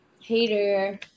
Hater